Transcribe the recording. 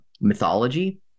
mythology